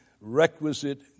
requisite